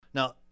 Now